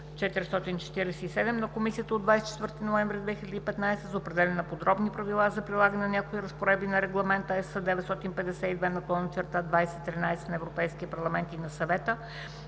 на Комисията от 24 ноември 2015 г. за определяне на подробни правила за прилагането на някои разпоредби на Регламент (ЕС) № 952/2013 на Европейския парламент и на Съвета